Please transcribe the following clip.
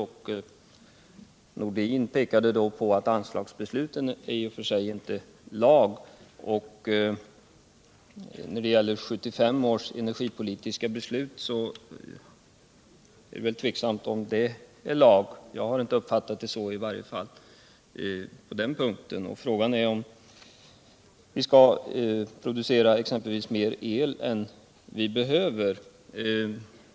Sven-Erik Nordin pekade då på att anslagsbesluten i och för sig inte är lag, och det är väl tvivelaktigt om 1975 års energipolitiska beslut är lag. Jag har inte uppfattat det så, och frågan är om vi exempelvis skall producera mer el än vi behöver.